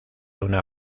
una